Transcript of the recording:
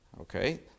Okay